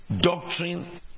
doctrine